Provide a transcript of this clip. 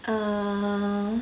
err